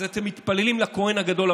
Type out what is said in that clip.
אז אתם מתפללים לכוהן הגדול,